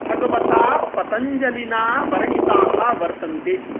भगवता पतञ्जलिना वर्णिताः वर्तन्ते